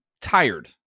tired